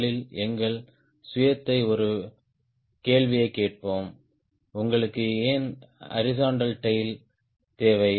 முதலில் எங்கள் சுயத்தை ஒரு கேள்வியைக் கேட்போம் உங்களுக்கு ஏன் ஹாரிஸ்ன்ட்டல் டேய்ல் தேவை